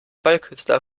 ballkünstler